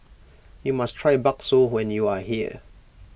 you must try Bakso when you are here